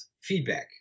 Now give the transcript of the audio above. feedback